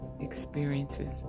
experiences